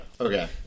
Okay